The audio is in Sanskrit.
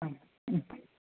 आम् आम्